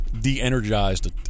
de-energized